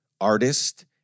artist